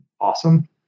awesome